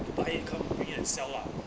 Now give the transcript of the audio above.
buy it come bring it and sell lah